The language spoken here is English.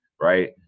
right